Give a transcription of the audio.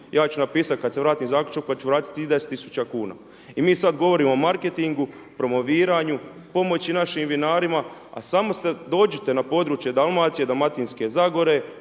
ja ću napisat kad se vratim zaključno pa ću vratit tih 10 000 kuna. I mi sad govorimo o marketingu, promoviranju, pomoći našim vinarima, a samo dođite na područje Dalmacije, dalmatinske zagore